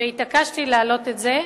והתעקשתי להעלות את זה.